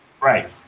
right